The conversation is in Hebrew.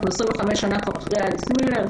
אנחנו כבר 25 שנים אחרי בג"ץ אליס מילר,